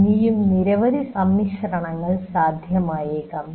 ഇനിയും നിരവധി സമ്മിശ്രണങ്ങൾ സാധ്യമായേക്കാം